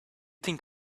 think